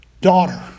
daughter